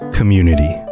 Community